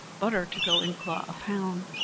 butter to go in claw of hound,